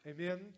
Amen